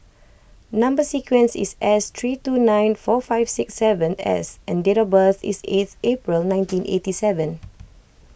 Number Sequence is S three two nine four five six seven S and date of birth is eight April nineteen eighty seven